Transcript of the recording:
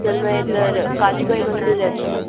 sir मैं इधर कालीबाई मंदिर रहती हूँ